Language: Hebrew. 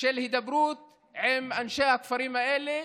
של הידברות עם אנשי הכפרים האלה,